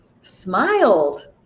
smiled